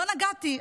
לא נגעתי,